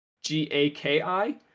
g-a-k-i